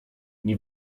nie